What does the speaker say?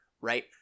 right